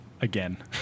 again